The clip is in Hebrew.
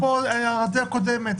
אפרופו הערתי הקודמת,